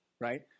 right